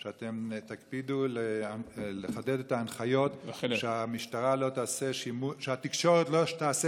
שאתם תקפידו לחדד את ההנחיות שהתקשורת לא תעשה